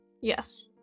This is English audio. yes